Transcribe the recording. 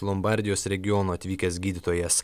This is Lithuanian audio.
lombardijos regiono atvykęs gydytojas